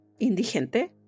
indigente